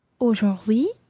Aujourd'hui